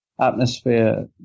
atmosphere